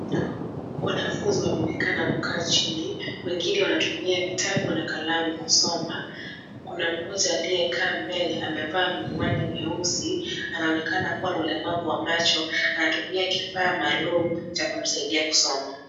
Wanafunzi wanaonekana kukaa chini. Wengine wanatumia vitabu na kalamu kusoma. Kuna mmoja aliyekaa mbele, amevaa miwani meusi; anaonekana kuwa na ulemavu wa macho, anatumia kifaa maalum cha kumsaidia kusoma.